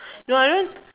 no I don't